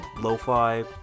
lo-fi